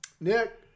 Nick